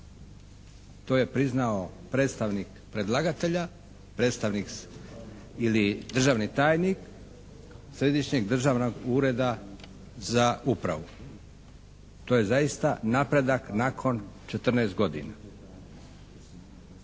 To je priznao predstavnik predlagatelja, predstavnik ili državni tajnik Središnjeg državnog ureda za upravu. To je zaista napredak nakon 14 godina.